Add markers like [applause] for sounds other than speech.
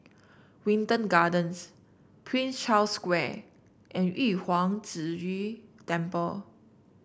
Wilton Gardens Prince Charles Square and Yu Huang Zhi [unintelligible] Temple